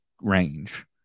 range